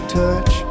touch